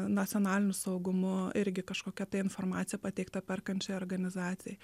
nacionaliniu saugumu irgi kažkokia tai informacija pateikta perkančiai organizacijai